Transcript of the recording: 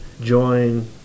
join